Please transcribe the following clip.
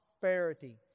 prosperity